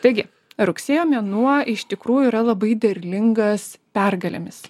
taigi rugsėjo mėnuo iš tikrųjų yra labai derlingas pergalėmis